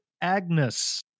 Agnes